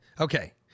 Okay